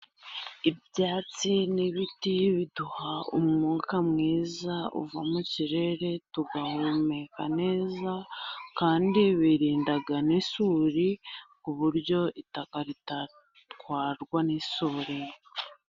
Ibyatsi n'ibiti biduha umwuka mwiza uva mu kirere tugahumeka neza, kandi birinda n'isuri ku buryo itaka ridatwarwa n'isuri.